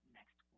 next